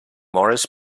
morris